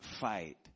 fight